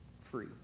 free